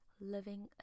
living